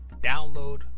Download